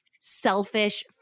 selfish